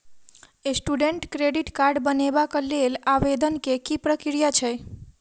Student credit card बनेबाक लेल आवेदन केँ की प्रक्रिया छै?